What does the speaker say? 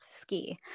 ski